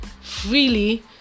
freely